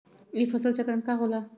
ई फसल चक्रण का होला?